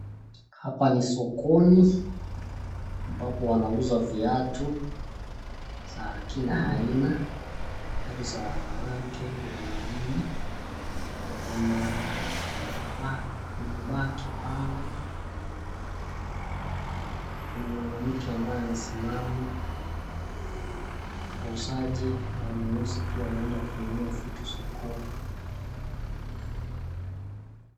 Hapa ni sokoni ambapo wanauza viatu za kila aina. Viatu za wanawake, wanaume, kuna mabagi pale. Kuna mwanamke ambaye anasimama. Wauzaji na wanunuzi pia wameenda kununua vitu sokoni.